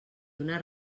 una